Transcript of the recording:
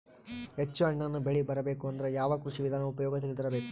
ಹೆಚ್ಚು ಹಣ್ಣನ್ನ ಬೆಳಿ ಬರಬೇಕು ಅಂದ್ರ ಯಾವ ಕೃಷಿ ವಿಧಾನ ಉಪಯೋಗ ತಿಳಿದಿರಬೇಕು?